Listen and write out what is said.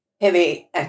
heavy